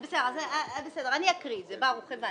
בסדר, הבנתי.